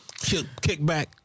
Kickback